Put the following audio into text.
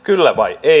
kyllä vai ei